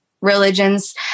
religions